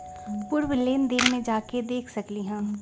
पूर्व लेन देन में जाके देखसकली ह?